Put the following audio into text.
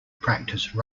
practice